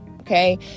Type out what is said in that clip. okay